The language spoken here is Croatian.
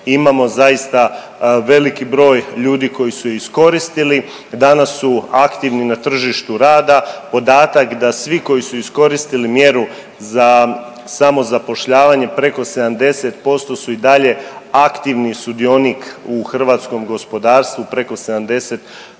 imamo zaista veliki broj ljudi koji su je iskoristili, danas su aktivni na tržištu rada. Podatak da svi koji su iskoristili mjeru za samozapošljavanje preko 70% su i dalje aktivni sudionik u hrvatskom gospodarstvu, preko 70%.